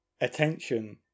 attention